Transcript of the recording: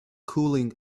cooling